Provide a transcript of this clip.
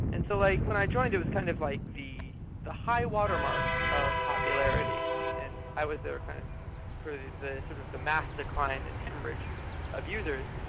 and so like when i joined, it was kind of like the the high watermark of popularity, and and i was there kind of for the the sort of the mass decline and hemorrhage of users.